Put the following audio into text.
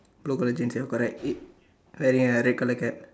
blue colour jeans ya correct eh wearing a red colour cap